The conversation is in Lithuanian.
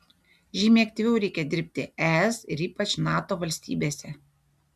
žymiai aktyviau reikia dirbti es ir ypač nato valstybėse